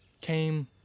came